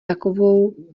takovou